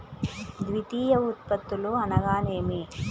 ద్వితీయ ఉత్పత్తులు అనగా నేమి?